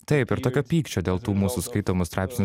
taip ir tokio pykčio dėl tų mūsų skaitomų straipsnių